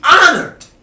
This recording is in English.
honored